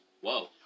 Whoa